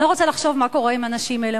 אני לא רוצה לחשוב מה קורה עם הנשים האלה,